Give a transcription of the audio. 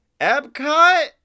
Epcot